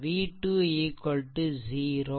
v2 0